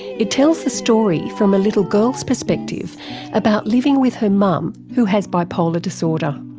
it tells the story from a little girl's perspective about living with her mum who has bipolar disorder.